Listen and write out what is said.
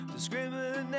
discriminate